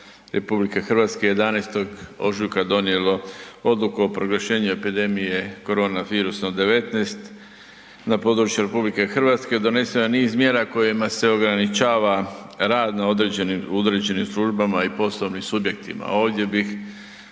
Republike Hrvatske 11. ožujka donijelo Odluku o proglašenju epidemije korona virusom 19 na području Republike Hrvatske doneseno je niz mjera kojima se ograničava rad u određenim službama i poslovnim subjektima. Ovdje bih